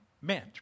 meant